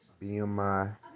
BMI